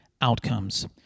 outcomes